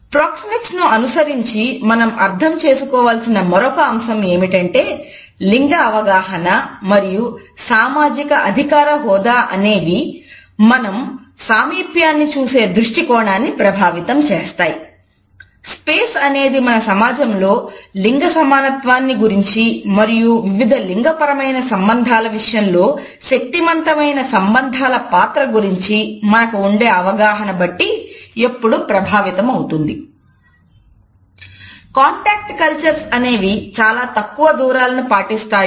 proxemics అనేది మన సమాజంలో లింగ సమానత్వాన్ని గురించి మరియు వివిధ లింగపరమైన సంబంధాల విషయంలో శక్తిమంతమైన సంబంధాల పాత్ర గురించి మనకు ఉండే అవగాహన బట్టి ఎప్పుడూ ప్రభావితమవుతుంది